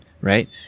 right